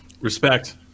Respect